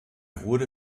wurde